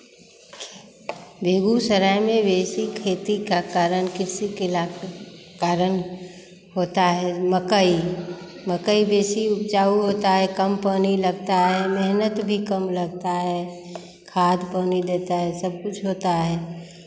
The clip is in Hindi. बेगूसराय में बेशी खेती का कारण किसी के लाके कारण होता है मकई मकई बेशी उपजाऊ होता है कम पानी लगता है मेहनत भी कम लगता है खाद पानी देता है सब कुछ होता है